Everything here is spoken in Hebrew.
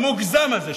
המוגזם הזה,